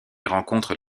rencontrent